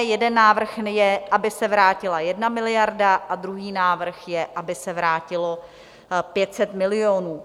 Jeden návrh je, aby se vrátila 1 miliarda a druhý návrh je, aby se vrátilo 500 milionů.